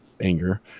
anger